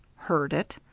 heard it.